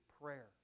prayer